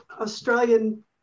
Australian